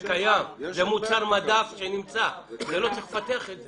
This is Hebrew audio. זה קיים, זה מוצר מדף שנמצא ולא צריך לפתח את זה.